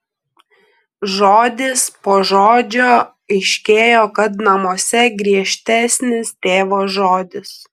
žodis po žodžio aiškėjo kad namuose griežtesnis tėvo žodis